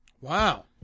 Wow